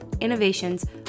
innovations